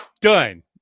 Done